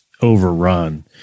overrun